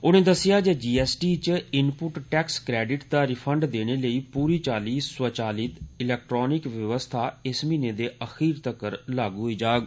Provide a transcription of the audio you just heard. उनें दस्सेआ जे जीएसटी च इनपुट टैक्स क्रेडिट दा रिफंड देने लेई पूरी चाल्ली स्वचलित इलेक्ट्रानिक व्यवस्था इस महीने दे अखीर तगर लागू होई जाग